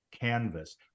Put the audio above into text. canvas